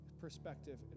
perspective